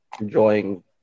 enjoying